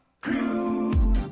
Crew